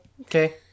Okay